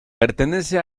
pertenece